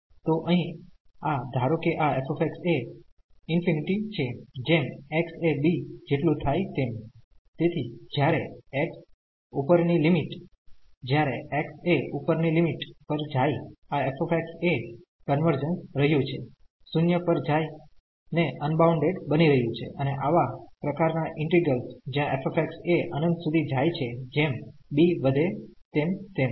તો અહીં આ ધારો કે આ f એ ∞ છે જેમ x એ b જેટલું થાય તેમ તેથી જ્યારે x ઉપરની લિમિટ જ્યારે x એ ઉપર ની લિમિટ પર જાય આ f એ કન્વર્જન્સ રહ્યું છે 0 પર જાય ને અનબાઉન્ડેડ બની રહ્યું છે અને આવા પ્રકાર ના ઈન્ટિગ્રેલ્સ જ્યા f એ અનંત સુધી જાય છે જેમ b વધે તેમ તેમ